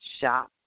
Shop